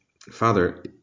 Father